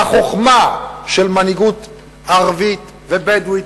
בחוכמה של מנהיגות ערבית ובדואית,